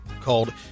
called